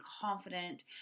confident